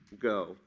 go